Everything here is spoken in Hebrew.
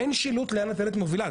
אין שילוט לאן הטיילת מובילה.